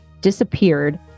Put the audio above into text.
disappeared